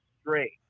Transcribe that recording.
straight